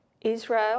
Israel